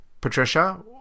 Patricia